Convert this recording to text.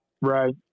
Right